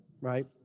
right